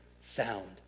sound